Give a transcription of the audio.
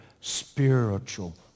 Spiritual